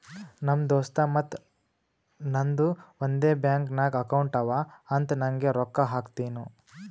ನಮ್ ದೋಸ್ತ್ ಮತ್ತ ನಂದು ಒಂದೇ ಬ್ಯಾಂಕ್ ನಾಗ್ ಅಕೌಂಟ್ ಅವಾ ಅಂತ್ ನಂಗೆ ರೊಕ್ಕಾ ಹಾಕ್ತಿನೂ